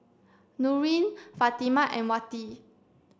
Nurin Fatimah and Wati